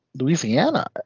Louisiana